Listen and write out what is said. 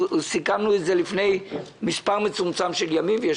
סיכמנו את זה לפני מספר מצומצם של ימים ויש